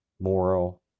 moral